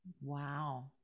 Wow